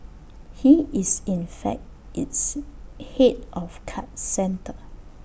he is in fact its Head of card centre